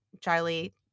Charlie